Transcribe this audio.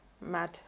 Mad